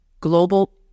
global